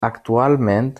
actualment